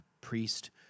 priest